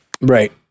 Right